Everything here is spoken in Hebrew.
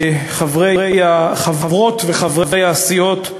חברות וחברי הסיעות,